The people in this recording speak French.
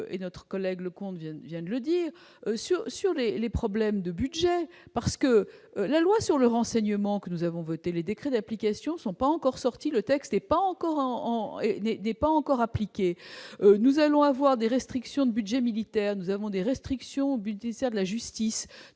et notre collègue Leconte je viens de le dire sur sur les les problèmes de budget parce que la loi sur le renseignement que nous avons voté, les décrets d'application sont pas encore sortis, le texte n'est pas encore en est né n'est pas encore appliquée, nous allons avoir des restrictions de budget militaire, nous avons des restrictions budgétaires de la justice,